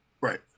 Right